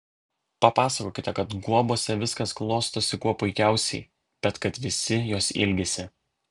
papasakokite kad guobose viskas klostosi kuo puikiausiai bet kad visi jos ilgisi